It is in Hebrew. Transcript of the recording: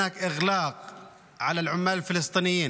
ההחלטה הייתה של הוועדה לחצי שנה,